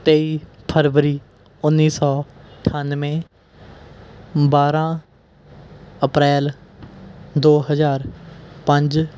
ਤੇਈ ਫਰਵਰੀ ਉੱਨੀ ਸੌ ਅਠਾਨਵੇਂ ਬਾਰ੍ਹਾਂ ਅਪ੍ਰੈਲ ਦੋ ਹਜ਼ਾਰ ਪੰਜ